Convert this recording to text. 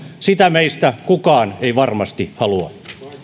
sitä meistä kukaan ei varmasti halua